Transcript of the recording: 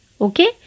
Okay